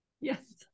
Yes